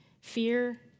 fear